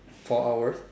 four hours